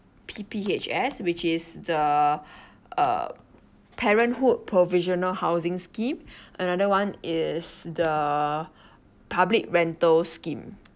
P_P_H_S which is the uh parenthood provisional housing scheme another one is the public rental scheme